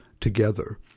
together